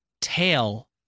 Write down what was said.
tail